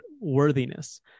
worthiness